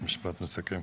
משפט מסכם.